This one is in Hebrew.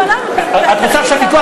את רוצה עכשיו ויכוח?